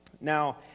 Now